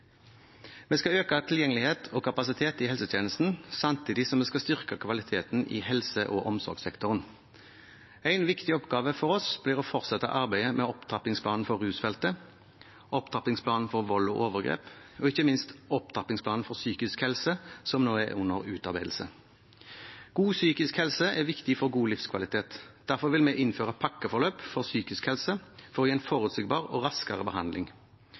Vi skal øke tilgjengelighet og kapasitet i helsetjenesten, samtidig som vi skal styrke kvaliteten i helse- og omsorgssektoren. En viktig oppgave for oss blir å fortsette arbeidet med opptrappingsplanen for rusfeltet, opptrappingsplanen for vold og overgrep og ikke minst opptrappingsplanen for psykisk helse, som nå er under utarbeidelse. God psykisk helse er viktig for god livskvalitet. Derfor vil vi innføre pakkeforløp for psykisk helse for å gi en forutsigbar og raskere behandling.